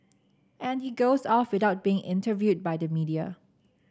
and he goes off without being interviewed by the media